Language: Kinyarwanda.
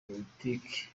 politiki